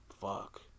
fuck